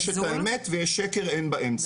יש את האמת ויש שקר, אין באמצע.